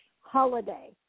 holiday